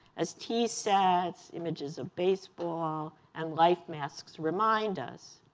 as t-sats, images of baseball, and life masks remind us.